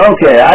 Okay